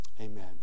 amen